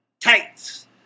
Tights